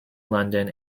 london